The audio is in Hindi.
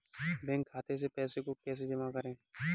बैंक खाते से पैसे को कैसे जमा करें?